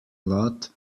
lot